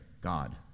God